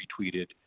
retweeted